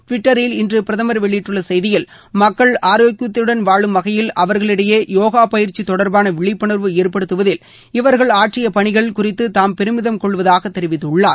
டுவிட்டரில் இன்று பிரதமர் வெளியிட்டுள்ள செய்தியில் மக்கள் ஆரோக்கியத்துடன் வாழும் வகையில் அவா்களிடையே யோன பயிற்சி தொடா்பான விழிப்புணா்வு ஏற்படுத்துவதில் இவர்கள் ஆற்றிய பணிகள் குறித்து தாம் பெருமிதம் கொள்வதாக தெரிவித்துள்ளார்